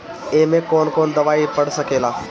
ए में कौन कौन दवाई पढ़ सके ला?